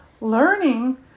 learning